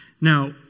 Now